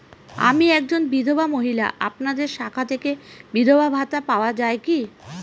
আমি একজন বিধবা মহিলা আপনাদের শাখা থেকে বিধবা ভাতা পাওয়া যায় কি?